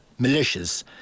militias